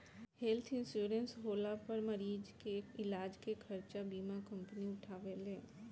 health insurance होला पर मरीज के इलाज के खर्चा बीमा कंपनी उठावेले